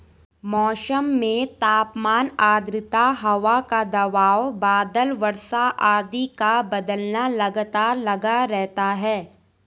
मौसम में तापमान आद्रता हवा का दबाव बादल वर्षा आदि का बदलना लगातार लगा रहता है